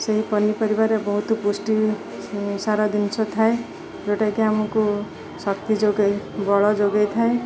ସେହି ପନିପରିବାରେ ବହୁତ ପୁଷ୍ଟିସାର ଜିନିଷ ଥାଏ ଯେଉଁଟାକି ଆମକୁ ଶକ୍ତି ଯୋଗାଇ ବଳ ଯୋଗାଇଥାଏ